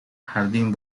jardín